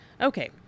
Okay